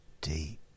deep